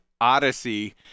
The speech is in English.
odyssey